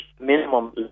minimum